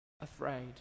afraid